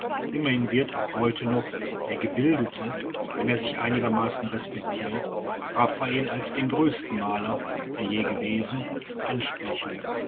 immerhin wird auch heute noch der gebildete wenn er sich einigermaßen respektiert raffael als den größten maler der je gewesen ansprechen